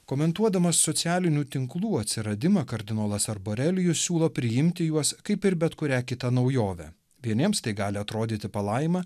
komentuodamas socialinių tinklų atsiradimą kardinolas arborelijus siūlo priimti juos kaip ir bet kurią kitą naujovę vieniems tai gali atrodyti palaima